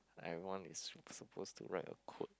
I want is supposed to write a quote